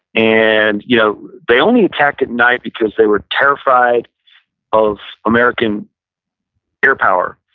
and you know they only attacked at night because they were terrified of american airpower.